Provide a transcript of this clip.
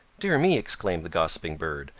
dear me! exclaimed the gossiping bird,